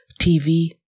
tv